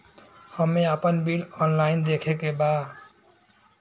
हमे आपन bill online देखे के बा?